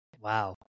Wow